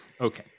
Okay